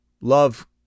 love